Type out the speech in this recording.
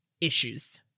issues